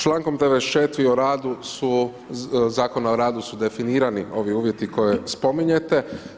Člankom ... o radu su, Zakona o radu su definirani ovi uvjeti koje spominjete.